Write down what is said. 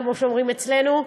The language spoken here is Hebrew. כמו שאומרים אצלנו.